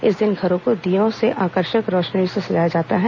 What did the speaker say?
इस दिन घरों को दीये और आकर्षक रोशनियों से सजाया जाता है